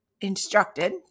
instructed